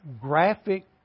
Graphic